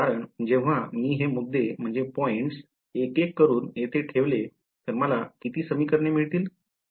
कारण जेव्हा मी हे मुद्दे एक एक करून येथे ठेवले तर मला किती समीकरणे मिळतील